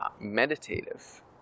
meditative